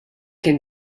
kien